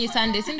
Sunday